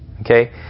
Okay